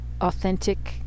authentic